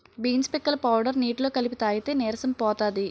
beans పిక్కల powder నీటిలో కలిపి తాగితే నీరసం పోతది